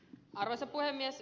en ed